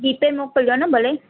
GPay मोकिलियो न भले